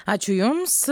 ačiū jums